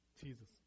Jesus